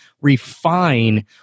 refine